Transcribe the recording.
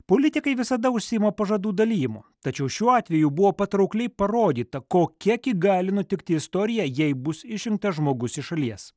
politikai visada užsiima pažadų dalijimu tačiau šiuo atveju buvo patraukliai parodyta kokia gi gali nutikti istorija jei bus išrinktas žmogus iš šalies